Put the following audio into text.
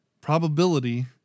probability